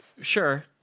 Sure